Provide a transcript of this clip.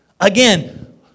Again